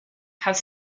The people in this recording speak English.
have